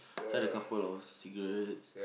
had a couple of cigarettes